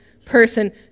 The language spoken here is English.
person